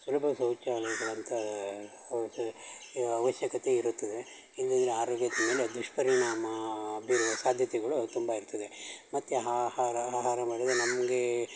ಸುಲಭ ಶೌಚಾಲಯಗಳಂಥ ಅವ್ದು ಆವಶ್ಯಕತೆ ಇರುತ್ತದೆ ಇಲ್ಲದಿದ್ರೆ ಆರೋಗ್ಯದ ಮೇಲೆ ದುಷ್ಪರಿಣಾಮ ಬೀರುವ ಸಾಧ್ಯತೆಗಳು ತುಂಬ ಇರ್ತದೆ ಮತ್ತು ಆಹಾರ ಆಹಾರ ಮಾಡಿದರೆ ನಮಗೆ